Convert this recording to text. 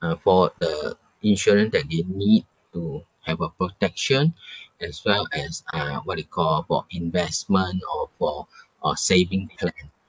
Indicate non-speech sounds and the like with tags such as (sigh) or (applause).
uh for the insurance that they need to have a protection (breath) as well as uh what you call for investment or for or saving purpose